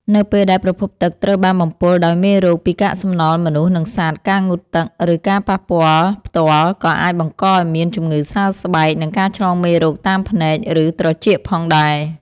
នៅពេលដែលប្រភពទឹកត្រូវបានបំពុលដោយមេរោគពីកាកសំណល់មនុស្ស និងសត្វ ការងូតទឹក ឬការប៉ះពាល់ផ្ទាល់ក៏អាចបង្កឱ្យមានជំងឺសើស្បែក និងការឆ្លងមេរោគតាមភ្នែក ឬត្រចៀកផងដែរ។